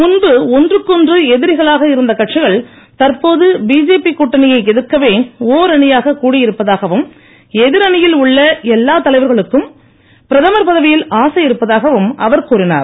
முன்பு ஒன்றுக்கொன்று எதிரிகளாக இருந்த கட்சிகள் தற்போது பிஜேபி கூட்டணியை எதிர்க்கவே ஓரணியாக கூடியிருப்பதாகவும் எதிரணியில் உள்ள எல்லாத் தலைவர்களுக்கும் பிரதமர் பதவியில் ஆசையிருப்பதாகவும் அவர் கூறினார்